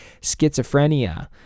schizophrenia